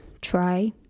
try